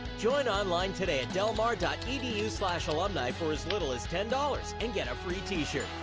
join online today at delmar dot edu slash alumni for as little as ten dollars and get a free t-shirt.